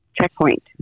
checkpoint